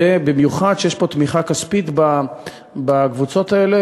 ובמיוחד כשיש פה תמיכה כספית בקבוצות האלה,